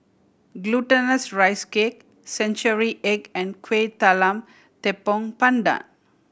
Glutinous Rice Cake century egg and Kuih Talam Tepong Pandan